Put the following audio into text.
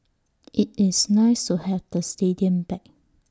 IT is nice to have the stadium back